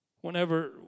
whenever